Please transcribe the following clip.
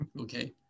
Okay